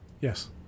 Yes